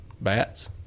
bats